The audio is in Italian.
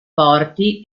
porti